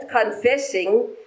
confessing